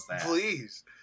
Please